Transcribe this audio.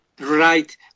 Right